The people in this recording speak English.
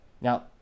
Now